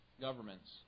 governments